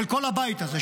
של כל הבית הזה,